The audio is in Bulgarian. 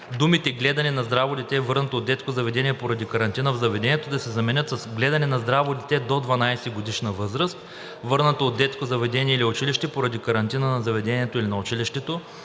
думите „гледане на здраво дете, върнато от детско заведение поради карантина в заведението“ да се заменят с „гледане на здраво дете до 12-годишна възраст, върнато от детско заведение или училище поради карантина на заведението или на училището